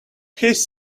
his